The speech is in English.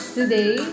Today